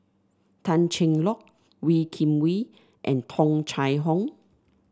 Tan Cheng Lock Wee Kim Wee and Tung Chye Hong